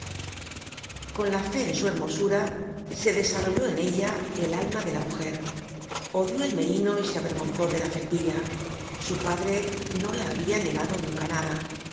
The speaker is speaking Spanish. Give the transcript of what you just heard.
con la fe en su hermosura se desarrolló en ella el alma de la mujer odió el merino y se avergonzó de la felpilla su padre no la habia negado nunca nada